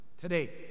Today